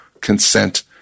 consent